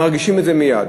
מרגישים את זה מייד.